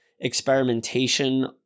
experimentation